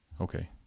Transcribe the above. Okay